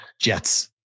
Jets